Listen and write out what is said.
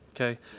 Okay